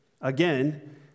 again